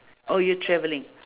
oh you travelling